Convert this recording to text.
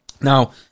Now